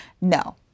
no